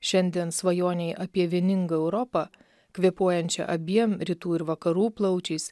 šiandien svajonei apie vieningą europą kvėpuojančią abiem rytų ir vakarų plaučiais